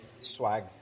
Swag